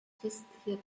christlicher